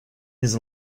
his